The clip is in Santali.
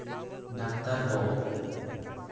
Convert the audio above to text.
ᱰᱟᱠᱴᱟᱨ ᱠᱚ